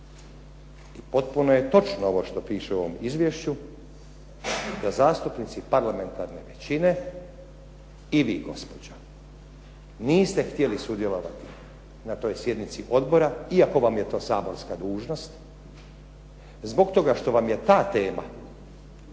I potpuno je točno ovo što piše u ovom izvješću da zastupnici parlamentarne većine, i vi gospođo, niste htjeli sudjelovati na toj sjednici odbora, iako vam je to saborska dužnost, zbog toga što vam je ta tema